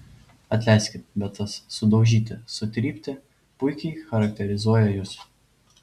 atleiskit bet tas sudaužyti sutrypti puikiai charakterizuoja jus